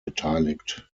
beteiligt